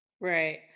right